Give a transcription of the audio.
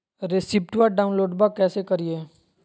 रेसिप्टबा डाउनलोडबा कैसे करिए?